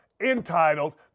entitled